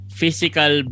physical